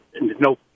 no